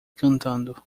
cantando